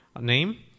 name